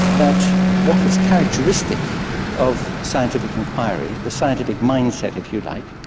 that what is characteristic of scientific enquiry, the scientific mind-set if you like,